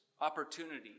opportunity